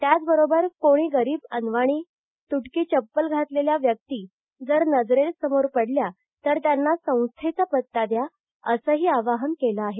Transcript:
त्याचबरोबर कोणी गरीब अनवाणी तुटकी चप्पल घातलेल्या व्यक्ती जर नजरेत पडल्या तर त्यांना संस्थेचा पत्ता द्या असंही आवाहन केलं आहे